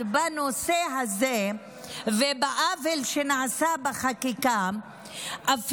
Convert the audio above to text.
בנושא הזה ובעוול שנעשה בחקיקה ב-12 בספטמבר 2021,